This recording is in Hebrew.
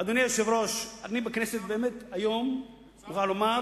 אדוני היושב-ראש, אני בכנסת היום, אני מוכרח לומר,